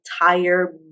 entire